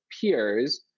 peers